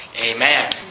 amen